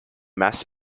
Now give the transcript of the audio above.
mass